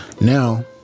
Now